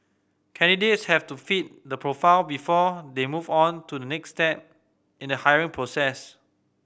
candidates have to fit the profile before they move on to the next step in the hiring process